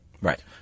Right